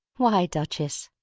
why, duchess?